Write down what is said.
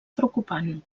preocupant